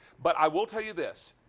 but i will tell you this,